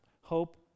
hope